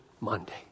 Monday